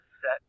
set